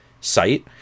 site